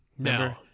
No